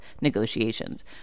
negotiations